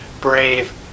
brave